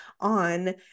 on